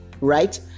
right